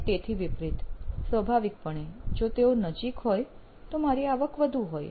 અને તેથી વિપરીત સ્વાભાવિકપણે કે જો તેઓ નજીક હોય તો મારી આવક વધુ હોય